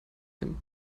tim